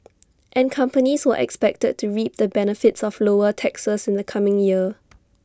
and companies were expected to reap the benefits of lower taxes in the coming year